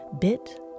bit